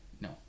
No